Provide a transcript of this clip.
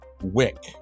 Wick